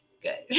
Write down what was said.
good